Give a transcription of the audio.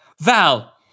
Val